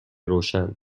روشن